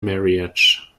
marriage